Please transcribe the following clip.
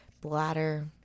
bladder